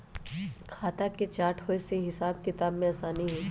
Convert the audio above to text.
खता के चार्ट होय से हिसाब किताब में असानी होइ छइ